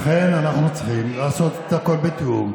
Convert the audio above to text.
לכן, אנחנו צריכים לעשות הכול בתיאום,